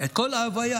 את כל ההוויה.